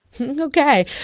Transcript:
Okay